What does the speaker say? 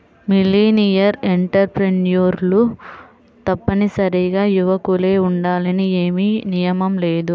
millennial ఎంటర్ప్రెన్యూర్లు తప్పనిసరిగా యువకులే ఉండాలని ఏమీ నియమం లేదు